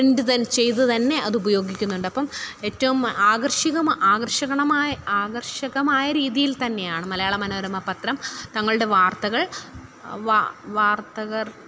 print തൻ ചെയ്തു തന്നെ അതുപയോഗിക്കുന്നുണ്ടപ്പോള് ഏറ്റവും ആകർഷികമാ ആകർഷകണമായി ആകർഷകമായ രീതിയിൽ തന്നെയാണ് മലയാള മനോരമ പത്രം തങ്ങളുടെ വാർത്തകൾ വാ വാർത്തകർ